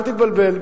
אל תתבלבל.